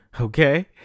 okay